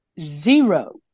zero